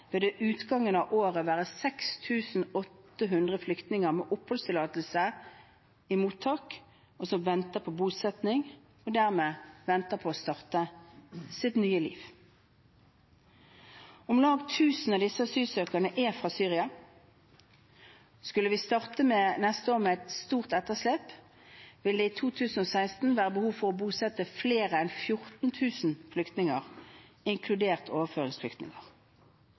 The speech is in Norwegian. det ved utgangen av året være 6 800 flyktninger med oppholdstillatelse i mottak som venter på bosetting, og dermed venter på å starte sitt nye liv. Om lag 1 000 av disse asylsøkerne er fra Syria. Skulle vi starte neste år med et så stort etterslep, vil det i 2016 være behov for å bosette flere enn 14 000 flyktninger, inkludert overføringsflyktninger.